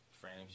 Frames